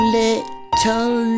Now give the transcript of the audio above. little